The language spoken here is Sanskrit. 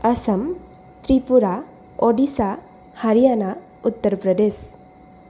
असम् त्रिपुरा ओडिसा हर्याना उत्तर्प्रदेश्